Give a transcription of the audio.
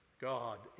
God